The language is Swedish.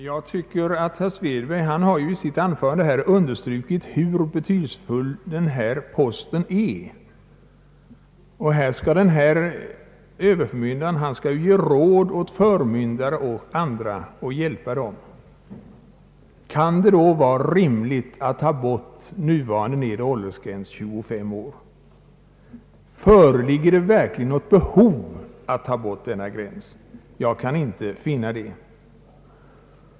Herr talman! Herr Svedberg har i sitt anförande understrukit hur betydelsefull överförmyndarposten är. Överförmyndaren skall ge råd åt förmyndare och andra och hjälpa dem. Kan det då vara rimligt att ta bort den nuvarande lägre åldersgränsen — 25 år? Föreligger det verkligen något behov att ta bort denna gräns? Jag kan inte finna det.